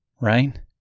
right